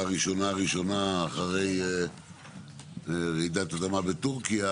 הראשונה אחרי רעידת אדמה בטורקיה,